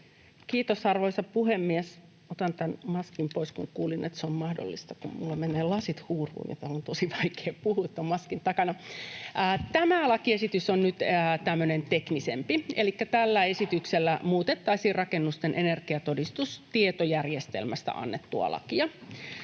Kiitos, arvoisa puhemies! Otan tämän maskin pois, kun kuulin, että se on mahdollista. Minulla menevät lasit huuruun, ja on tosi vaikeaa puhua tuon maskin takana. Tämä lakiesitys on nyt tämmöinen teknisempi: Elikkä tällä esityksellä muutettaisiin rakennusten energiatodistustietojärjestelmästä annettua lakia.